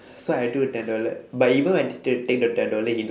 so I took a ten dollar but even when I t~ take the ten dollar he noticed